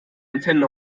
antennen